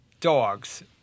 Dogs